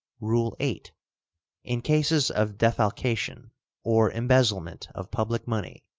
rule eight in cases of defalcation or embezzlement of public money,